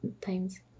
times